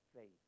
faith